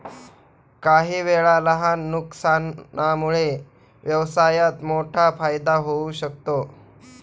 काहीवेळा लहान नुकसानामुळे व्यवसायात मोठा फायदा होऊ शकतो